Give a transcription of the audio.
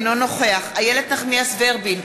אינו נוכח איילת נחמיאס ורבין,